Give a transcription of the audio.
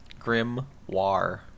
grimoire